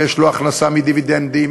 ויש לו הכנסה מדיבידנדים,